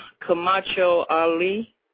Camacho-Ali